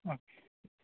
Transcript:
okay